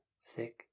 sick